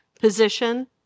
position